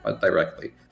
directly